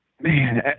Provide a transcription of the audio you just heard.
man